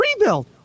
rebuild